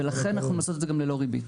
ולכן אנחנו יכולים לעשות את זה גם ללא ריבית.